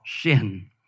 sin